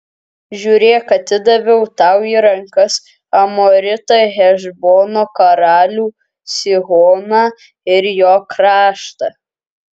žiūrėk atidaviau tau į rankas amoritą hešbono karalių sihoną ir jo kraštą